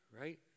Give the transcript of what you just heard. right